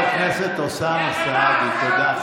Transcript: חבר הכנסת אוסאמה סעדי, תודה.